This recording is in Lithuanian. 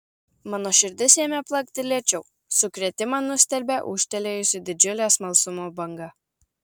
mano širdis ėmė plakti lėčiau sukrėtimą nustelbė ūžtelėjusi didžiulė smalsumo banga